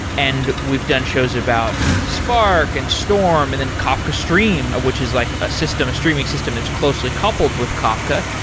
and we've done shows about spark, and storm, and then kafka stream, which is like a system, a streaming system that's closely coupled with kafka.